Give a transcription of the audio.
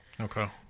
Okay